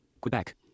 Quebec